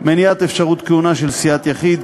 מניעת אפשרות כהונה של סיעת יחיד,